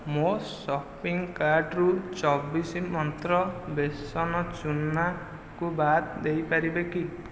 ମୋ ସପିଂ କାର୍ଟ୍ରୁ ଚବିଶି ମନ୍ତ୍ରା ବେସନ ଚୂନା କୁ ବାଦ ଦେଇପାରିବେ କି